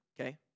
okay